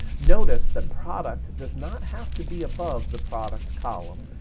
notice that product does not have to be above the product column,